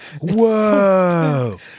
Whoa